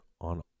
on